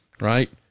right